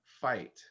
fight